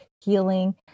healing